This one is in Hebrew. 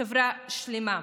חברה שלמה.